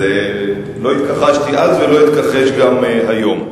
לא התכחשתי אז ולא אתכחש גם היום.